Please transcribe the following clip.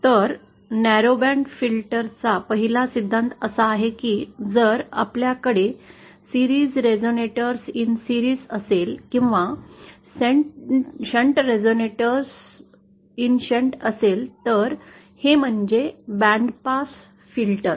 तर narrow band फिल्टरचा पहिला सिद्धांत असा आहे की जर आपल्याकडे मालिका रेझोनेटरमध्ये मालिका असेल किंवा शंट रेझोनेटर मध्ये शंट असेल तर हे म्हणजे बँड पास फिल्टर